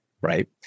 right